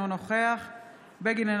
אינו נוכח זאב בנימין בגין,